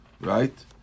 right